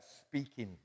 speaking